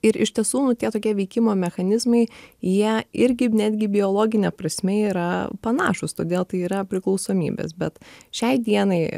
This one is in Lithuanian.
ir iš tiesų nu tie tokie veikimo mechanizmai jie irgi netgi biologine prasme yra panašūs todėl tai yra priklausomybės bet šiai dienai